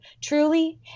truly